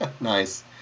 Nice